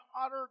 utter